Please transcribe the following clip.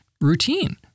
routine